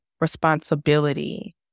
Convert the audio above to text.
responsibility